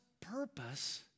purpose